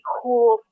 cool